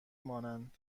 مانند